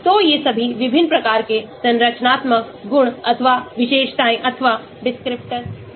तो ये सभी विभिन्न प्रकार के संरचनात्मक गुण अथवा विशेषताएं अथवा descriptors हैं